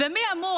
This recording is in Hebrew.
ומי אמור,